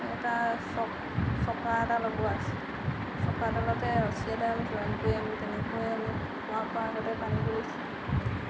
এটা চক চকা এটা লগোৱা আছিলে চকাডালতে ৰছী এডাল জইন কৰি আমি তেনেকৈয়ে কুঁৱাৰপৰা আগতে পানী তুলিছিলোঁ